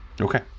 okay